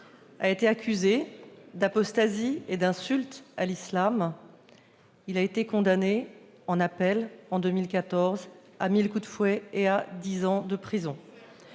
a été accusé d'apostasie et d'insulte à l'islam et a été condamné en appel à mille coups de fouet et à dix ans de prison